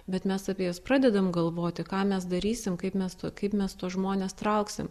bet mes apie jas pradedam galvoti ką mes darysim kaip mes tuo kaip mes tuos žmones trauksim